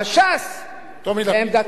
אבל ש"ס ועמדתה,